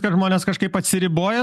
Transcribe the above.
kad žmonės kažkaip atsiriboja